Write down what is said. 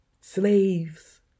Slaves